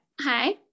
hi